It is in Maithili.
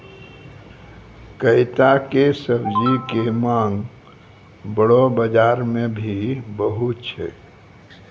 कैता के सब्जी के मांग बड़ो बाजार मॅ भी बहुत छै